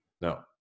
No